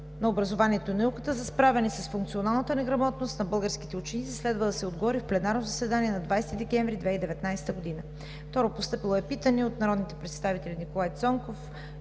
на образованието и науката за справяне с функционалната неграмотност на българските ученици. Следва да се отговори в пленарното заседание на 20 декември 2019 г.. Постъпило е питане от народните представители Николай Цонков